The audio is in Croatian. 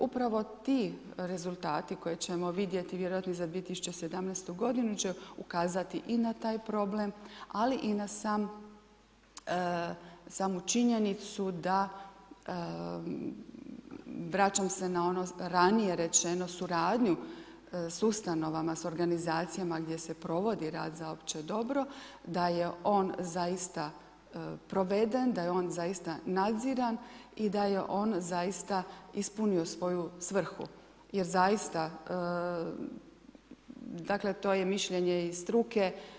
Upravo ti rezultati koje ćemo vidjeti vjerojatno za 2017. godinu će ukazati i na taj problem ali i na samu činjenicu da, vraćam se na ono ranije rečeno, suradnju s ustanovama s organizacijama gdje se provodi rad za opće dobro da je on zaista proveden, daje on zaista nadziran i da je on zaista ispunio svoju svrhu jer zaista dakle to je i mišljenje i struke.